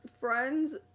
friend's